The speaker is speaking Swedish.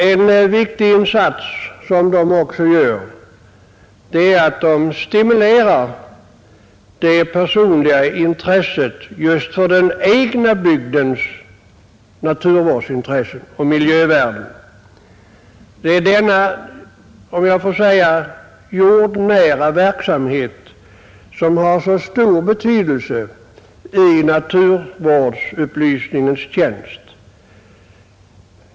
En viktig insats som organisationerna också gör är att de stimulerar det personliga intresset för de värden som finns i den egna bygdens natur och miljö. Denna — om jag så får säga — jordnära verksamhet har stor betydelse i naturvårdsupplysningens tjänst.